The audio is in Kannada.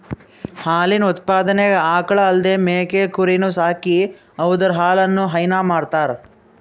ಹಾಲಿನ್ ಉತ್ಪಾದನೆಗ್ ಆಕಳ್ ಅಲ್ದೇ ಮೇಕೆ ಕುರಿನೂ ಸಾಕಿ ಅವುದ್ರ್ ಹಾಲನು ಹೈನಾ ಮಾಡ್ತರ್